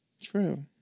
True